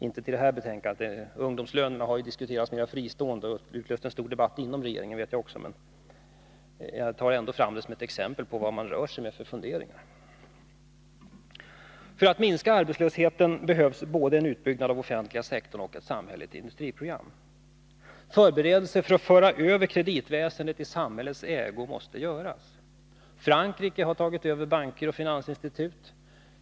Visserligen vet jag att ungdomslönerna har utlöst en stor debatt inom regeringen, men detta visar ändå vad man rör sig med för funderingar. För att minska arbetslösheten behövs både en utbyggnad av den offentliga sektorn och ett samhälleligt industriprogram. Förberedelser för att överföra kreditväsendet i samhällets ägo måste göras. Frankrike har tagit över banker och finansinstitut.